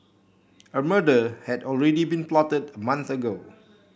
a murder had already been plotted a month ago